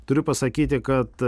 turiu pasakyti kad